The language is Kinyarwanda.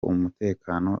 umutekano